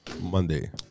Monday